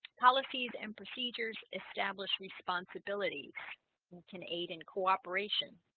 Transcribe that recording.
policies and procedures establish responsibility we can aid in cooperation